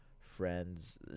friends